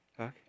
Okay